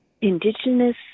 indigenous